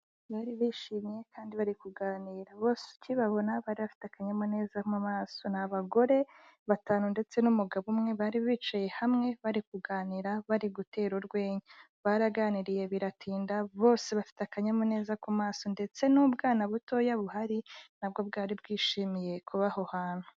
Bari bishimye kandi bari kuganira. Bose ukibabona bari bafite akanyamuneza mu maso. Ni abagore batanu ndetse n'umugabo umwe bari bicaye hamwe barikuganira barigutera urwenya. Baraganiriye biratinda bose bafite akanyamuneza ku maso ndetse n'ubwana butoya buhari nabwo bwari bwishimiye kuba aho hantu.